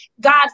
God